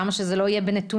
למה שזה לא יהיה בנתונים?